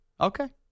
Okay